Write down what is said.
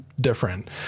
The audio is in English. different